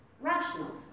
rationals